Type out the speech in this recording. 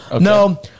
No